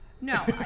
No